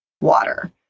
water